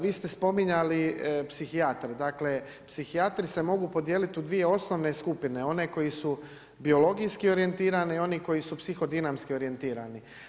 Vi ste spominjali psihijatre, dakle, psihijatri se mogu podijeliti u dvije osnovne skupine, one koje su biologijski orijentirane i oni koji su psihodinamski orijentirani.